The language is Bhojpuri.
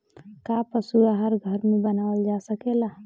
का पशु आहार घर में बनावल जा सकेला?